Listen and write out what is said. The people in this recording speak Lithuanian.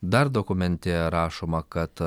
dar dokumente rašoma kad